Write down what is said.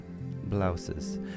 Blouses